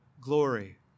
glory